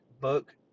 book